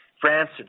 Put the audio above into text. France